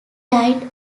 died